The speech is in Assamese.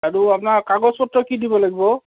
আৰু আপোনাক কাগজ পত্ৰ কি দিব লাগিব